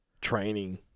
training